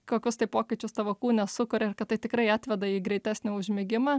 kokius tai pokyčius tavo kūne sukuria ir kad tai tikrai atveda į greitesnį užmigimą